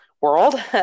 world